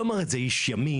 לא אמר את זה איש ימין,